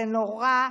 זה נורא.